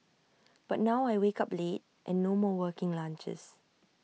but now I wake up late and no more working lunches